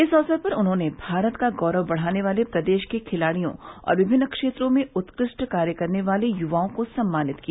इस अवसर पर उन्होंने भारत का गौरव बढ़ाने वाले प्रदेश के खिलाड़ियों और विभिन्न क्षेत्रों में उत्कृष्ट कार्य करने वाले युवाओं को सम्मानित किया